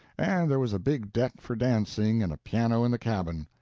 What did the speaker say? and there was a big deck for dancing and a piano in the cabin.